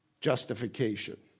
Justification